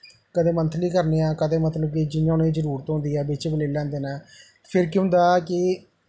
कदें मंथली करने आं कदें मतलब कि जियां उ'नेंगी जरूरत होंदी ऐ बिच्च बी लेई लैंदे न फिर केह् होंदा कि